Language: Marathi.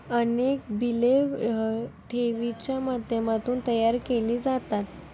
अनेक बिले ठेवींच्या माध्यमातून तयार केली जातात